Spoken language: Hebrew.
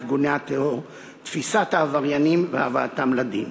ארגוני הטרור ותפיסת העבריינים והבאתם לדין.